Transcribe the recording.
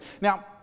Now